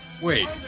Wait